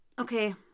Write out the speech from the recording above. Okay